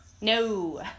No